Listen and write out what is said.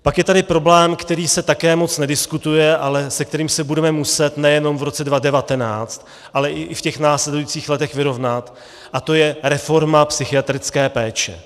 Pak je tady problém, který se také moc nediskutuje, ale se kterým se budeme muset nejenom v roce 2019, ale i v těch následujících letech vyrovnat, a to je reforma psychiatrické péče.